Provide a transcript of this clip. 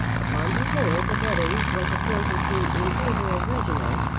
upon the whole the betting was a point or two in favour of reginald,